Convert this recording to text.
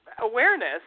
Awareness